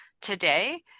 today